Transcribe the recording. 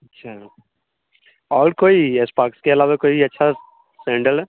اچھا اور کوئی اسپارکس کے علاوہ کوئی اچھا سینڈل ہے